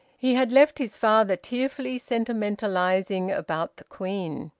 he had left his father tearfully sentimentalising about the queen.